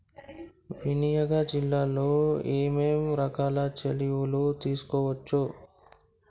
వినియోగ బిల్లులు ఏమేం రకాల చెల్లింపులు తీసుకోవచ్చు?